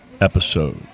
episode